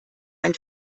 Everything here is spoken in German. ein